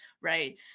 right